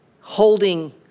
holding